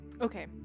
Okay